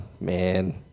Man